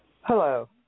Hello